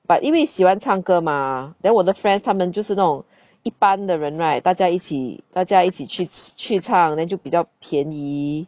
but 因为喜欢唱歌嘛 then 我的 friends 他们就是那种一般的人 right 大家一起大家一起去吃去唱 then 就比较便宜